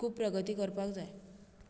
खूब प्रगती करपाक जाय